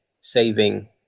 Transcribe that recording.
saving